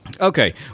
Okay